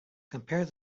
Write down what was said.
compare